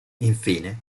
infine